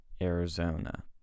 Arizona